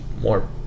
more